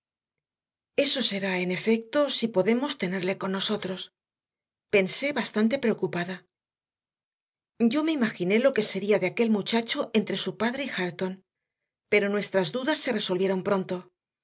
eso será en efecto si podemos tenerle con nosotros pensé bastante preocupada yo me imaginé lo que sería de aquel muchacho entre su padre y hareton pero nuestras dudas se resolvieron pronto